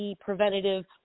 preventative